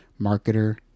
marketer